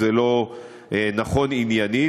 זה לא נכון עניינית,